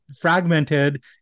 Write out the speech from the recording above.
fragmented